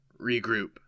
regroup